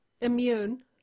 immune